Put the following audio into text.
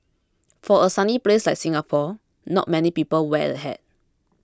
for a sunny place like Singapore not many people wear a hat